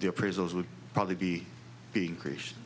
the appraisals would probably be being creation